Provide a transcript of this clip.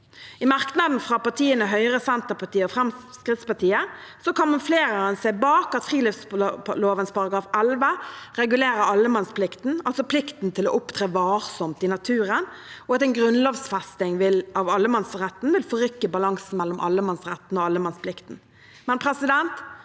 I merknaden fra partiene Høyre, Senterpartiet og Fremskrittspartiet kamuflerer en seg bak at friluftsloven § 11 regulerer allemannsplikten, altså plikten til å opptre varsomt i naturen, og at en grunnlovfesting av allemannsretten vil forrykke balansen mellom allemannsretten og allemannsplikten. Dette synes